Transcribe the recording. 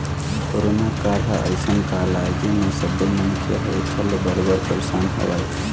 corona काल ह अइसन काल आय जेमा सब्बे मनखे ह ऐखर ले बरोबर परसान हवय